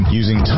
using